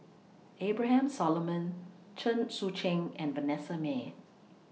Abraham Solomon Chen Sucheng and Vanessa Mae